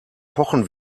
pochen